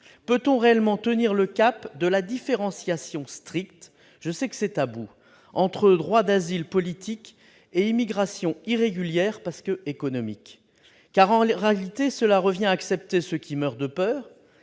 peut-on réellement tenir le cap de la différenciation stricte- je sais que ce sujet est tabou -entre droit d'asile politique et immigration irrégulière, car économique ? En réalité, cela revient à accepter ceux qui meurent de peur